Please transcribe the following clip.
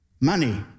Money